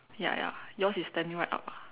ya ya yours is standing right up ah